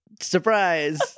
Surprise